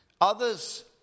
Others